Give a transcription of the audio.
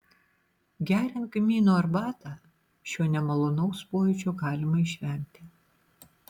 geriant kmynų arbatą šio nemalonaus pojūčio galima išvengti